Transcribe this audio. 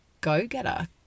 go-getter